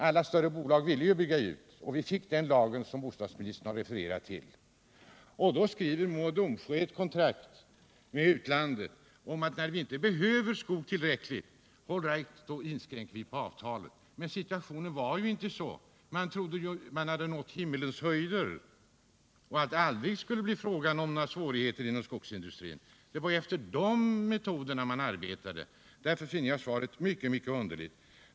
Alla större bolag ville ju bygga ut, och vi fick den lag som bostadsministern har refererat till. Då skriver Mo och Domsjö ett kontrakt med utlandet om att när vi inte behöver mer skog, då inskränker vi på avtalet. Men situationen var ju inte sådan. Man trodde att man hade nått himmelens höjder och att det aldrig skulle bli fråga om några svårigheter inom skogsindustrin. Det var efter de metoderna man arbetade. Därför finner jag svaret mycket, mycket underligt.